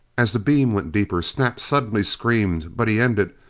as the beam went deeper. snap suddenly screamed. but he ended,